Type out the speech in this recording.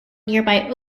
nearby